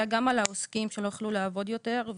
גם על העוסקים שלא יוכלו לעבוד יותר,